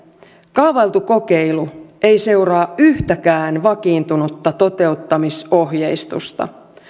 kaavailtu kokeilu ei seuraa yhtäkään vakiintunutta toteuttamisohjeistusta